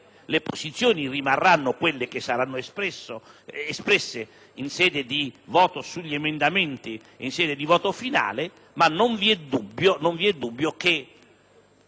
le posizioni rimarranno quelle che saranno espresse nel voto sugli emendamenti e in sede di voto finale, ma non vi è dubbio che